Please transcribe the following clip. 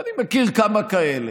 ואני מכיר כמה כאלה: